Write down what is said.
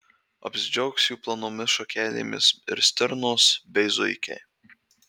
apsidžiaugs jų plonomis šakelėmis ir stirnos bei zuikiai